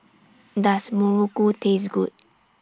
Does Muruku Taste Good